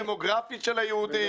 לאינטרס הדמוגרפי של היהודים?